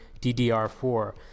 DDR4